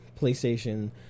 PlayStation